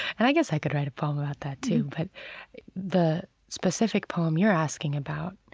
and i guess i could write a poem about that too, but the specific poem you're asking about,